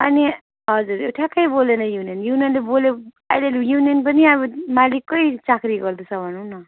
अनि हजुर ठ्याक्कै बोल्दैन युनियन युनियनले बोल्यो अहिले युनियन पनि अब मालिककै चाकरी गर्दैछ भनौँ न